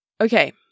Okay